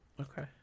Okay